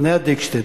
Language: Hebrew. בניה דיקשטיין,